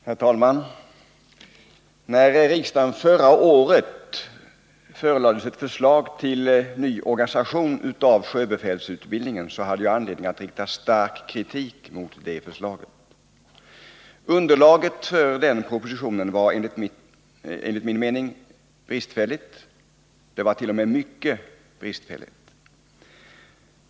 Herr talman! När riksdagen förra året förelades ett förslag till ny organisation av sjöbefälsutbildningen hade jag anledning att rikta stark kritik mot förslaget. Underlaget för propositionen var enligt min mening bristfälligt — det var t.o.m. mycket bristfälligt.